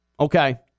Okay